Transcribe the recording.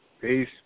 Peace